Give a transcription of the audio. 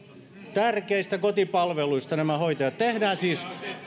tärkeistä kotipalveluista tehdään siis